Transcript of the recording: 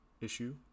issue